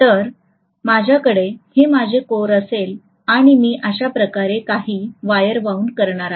जर माझ्याकडे हे माझे कोर असेल आणि मी अशा प्रकारे काही वायर वाउनड करणार आहे